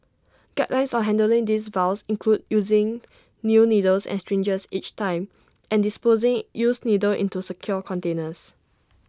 guidelines on handling these vials include using new needles and syringes each time and disposing used needles into secure containers